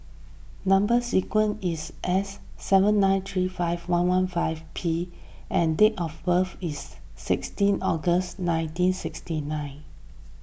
Number Sequence is S seven nine three five one one five P and date of birth is sixteenth August nineteen sixty nine